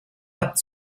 hat